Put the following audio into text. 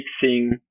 fixing